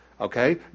okay